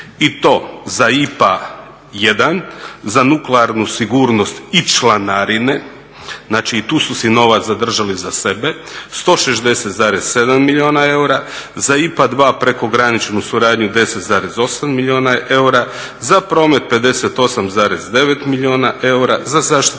i to za IPA 1, za nuklearnu sigurnost i članarine, znači i tu su si novac zadržali za sebe, 160,7 milijuna eura, za IPA 2 preko graničnu suradnju 10,8 milijuna eura, za promet 58,9 milijuna eura, za zaštitu